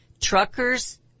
Truckers